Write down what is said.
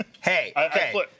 hey